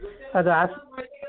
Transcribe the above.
ಅದು ಆಸ್